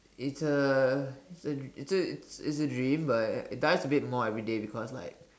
it's a it it's a dream but it dies a bit more everyday because like